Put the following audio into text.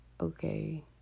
okay